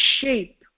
shape